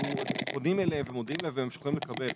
פונים אליהם ומודיעים להם והם ממשיכים לקבל,